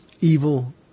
evil